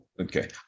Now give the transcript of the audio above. Okay